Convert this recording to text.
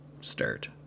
start